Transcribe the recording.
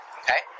okay